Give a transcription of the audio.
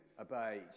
obeyed